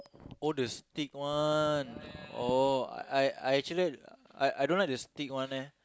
oh the stick one oh I I I actually I don't like the stick one eh